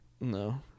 No